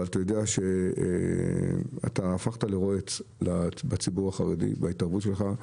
אבל אתה יודע שאתה הפכת לרועץ בציבור החרדי בהתערבות שלך.